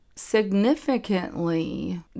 significantly